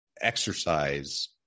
exercise